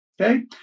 Okay